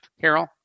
Carol